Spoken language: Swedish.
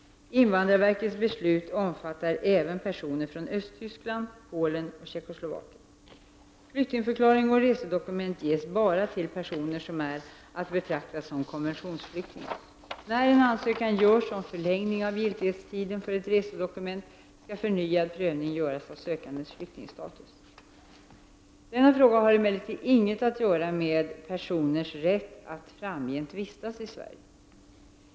Invandrarverkets beslut omfattar även personer från Östtyskland, Polen och Tjeckoslovakien. Flyktingförklaring och resedokument ges bara till personer som är att betrakta som konventionsflyktingar. När en ansökan görs om förlängning av giltighetstiden för ett resedokument skall förnyad prövning göras av sökandens flyktingstatus. Denna fråga har emellertid inget att göra med personers rätt att framgent vistas i Sverige.